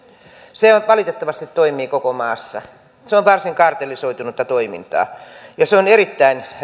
se valitettavasti toimii näin koko maassa se on varsin kartellisoitunutta toimintaa ja se on erittäin